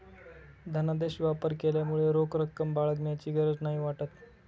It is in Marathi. धनादेश वापर केल्यामुळे रोख रक्कम बाळगण्याची गरज नाही वाटत